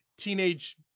Teenage